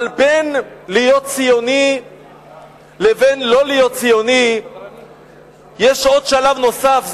אבל בין להיות ציוני לבין לא להיות ציוני יש עוד שלב נוסף,